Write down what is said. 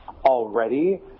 already